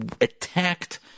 attacked